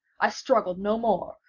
i struggled no more,